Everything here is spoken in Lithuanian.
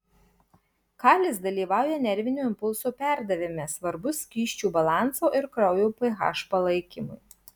kalis dalyvauja nervinio impulso perdavime svarbus skysčių balanso ir kraujo ph palaikymui